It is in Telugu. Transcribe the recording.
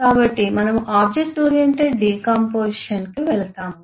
కాబట్టి మనము ఆబ్జెక్ట్ ఓరియెంటెడ్ డికాంపొజిషన్ కి వెళ్తాము